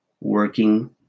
working